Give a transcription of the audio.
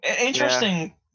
interesting